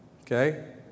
Okay